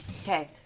Okay